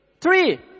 Three